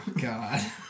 God